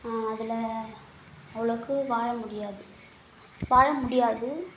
அதில் அவ்வளோக்கு வாழ முடியாது வாழ முடியாது